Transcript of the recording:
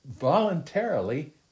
voluntarily